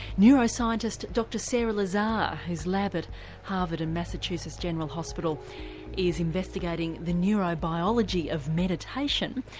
neuroscientist dr sara lazar, whose lab at harvard and massachusetts general hospital is investigating the neurobiology of meditation.